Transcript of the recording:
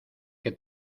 que